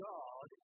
God